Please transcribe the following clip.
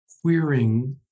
queering